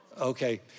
Okay